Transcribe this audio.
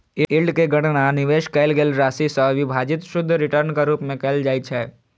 yield के गणना निवेश कैल गेल राशि सं विभाजित शुद्ध रिटर्नक रूप मे कैल जाइ छै